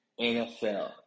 NFL